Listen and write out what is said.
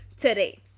today